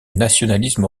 nationalisme